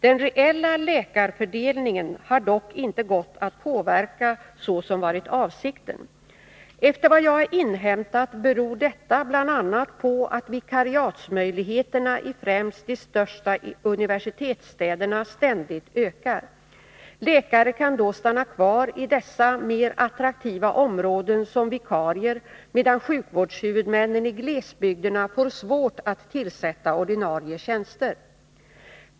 Den reella läkarfördelningen har dock inte gått att påverka så som varit avsikten. Efter vad jag har inhämtat beror detta bl.a. på att vikariatsmöjligheterna i främst de största universitetsstäderna ständigt ökar. Läkare kan då stanna kvar i dessa mer attraktiva områden som vikarier, medan sjukvårdshuvudmännen i glesbygderna får svårt att tillsätta ordinarie tjänster.